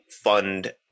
fund